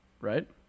right